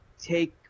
take